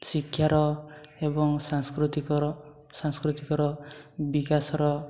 ଶିକ୍ଷାର ଏବଂ ସାଂସ୍କୃତିକର ସାଂସ୍କୃତିକର ବିକାଶର